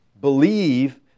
believe